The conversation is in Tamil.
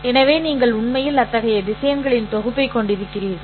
எனவே நீங்கள் உண்மையில் அத்தகைய திசையன்களின் தொகுப்பைக் கொண்டிருக்கிறீர்கள்